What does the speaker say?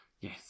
Yes